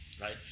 right